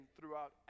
throughout